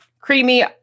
creamy